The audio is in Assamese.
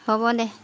হ'ব দে